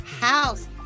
House